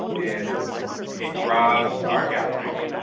and it drives our galleries.